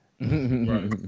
Right